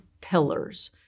pillars